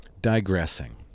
digressing